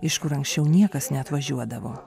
iš kur anksčiau niekas neatvažiuodavo